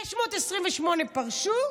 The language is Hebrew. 628 פרשו,